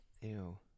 Ew